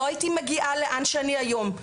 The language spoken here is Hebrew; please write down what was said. לא הייתי מגיעה לאן שאני היום,